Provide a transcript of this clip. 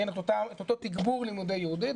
את אותו תיגבור לימודי יהדות,